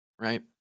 Right